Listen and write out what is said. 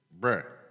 Bruh